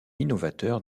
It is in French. innovateur